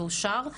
זה אושר.